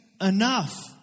Enough